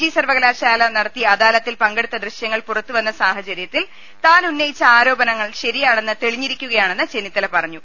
G സർവകലാശാല നടത്തിയ അദാലത്തിൽ പങ്കെടുത്ത ദൃശ്യങ്ങൾ പുറത്തുവന്ന സാഹചര്യത്തിൽ താൻ ഉന്നയിച്ച ആരോപണങ്ങൾ ശരിയാണെന്ന് തെളിഞ്ഞിരിക്കുകയാണെന്ന് ചെന്നിത്തല പറഞ്ഞു